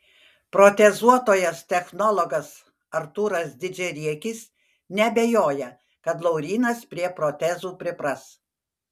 protezuotojas technologas artūras didžiariekis neabejoja kad laurynas prie protezų pripras